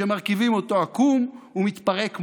כשמרכיבים אותו עקום הוא מתפרק מהר.